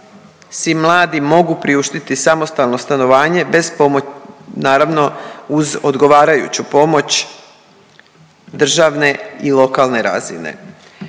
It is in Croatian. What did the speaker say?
si mladi mogu priuštiti samostalno stanovanje bez .../nerazumljivo/... naravno uz odgovarajuću pomoć državne i lokalne razine.